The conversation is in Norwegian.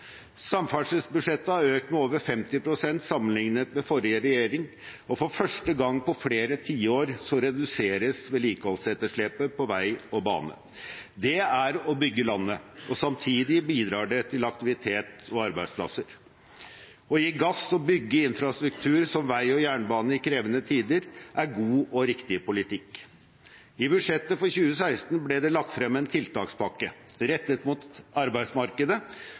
Samferdselsbudsjettet har økt med over 50 pst. sammenlignet med forrige regjerings budsjett, og for første gang på flere tiår reduseres vedlikeholdsetterslepet på vei og bane. Det er å bygge landet, og samtidig bidrar det til aktivitet og arbeidsplasser. Å gi gass og bygge infrastruktur som vei og jernbane i krevende tider er god og riktig politikk. I budsjettet for 2016 ble det lagt frem en tiltakspakke rettet mot arbeidsmarkedet,